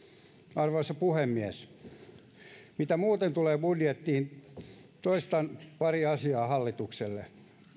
arvoisa puhemies mitä muuten tulee budjettiin toistan pari asiaa hallitukselle